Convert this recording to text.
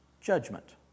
judgment